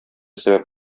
сәбәп